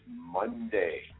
Monday